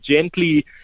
gently